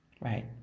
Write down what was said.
right